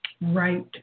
right